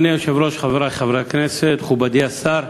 אדוני היושב-ראש, חברי חברי הכנסת, מכובדי השר,